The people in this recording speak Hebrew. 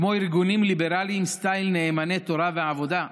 כמו ארגונים ליברליים סטייל נאמני תורה ועבודה,